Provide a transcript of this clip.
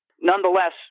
nonetheless